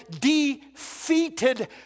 defeated